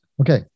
Okay